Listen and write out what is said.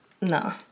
No